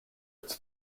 its